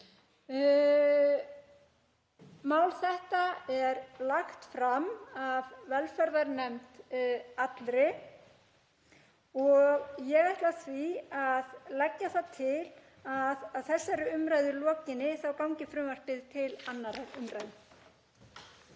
Mál þetta er lagt fram af velferðarnefnd allri og ég ætla því að leggja það til að að þessari umræðu lokinni gangi frumvarpið til 2. umræðu.